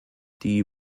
die